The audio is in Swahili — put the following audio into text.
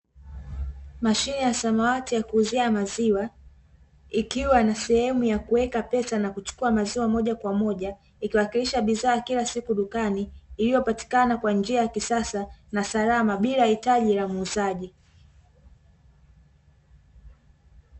Mashine ya samawati ya kuuzia maziwa, ikiwa ina sehemu ya kuweka pesa na kuchukua maziwa moja kwa moja ikiwakilisha bidhaa ya kila siku, iliyopatikana kwa njia ya kisasa na salama bila ya hitaji la muuzaji.